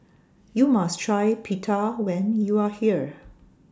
YOU must Try Pita when YOU Are here